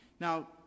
Now